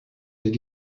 did